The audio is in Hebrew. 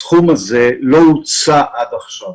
הסכום הזה לא הוצא עד עכשיו.